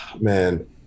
man